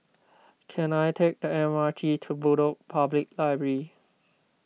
can I take the M R T to Bedok Public Library